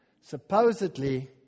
Supposedly